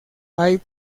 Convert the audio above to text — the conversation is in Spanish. hay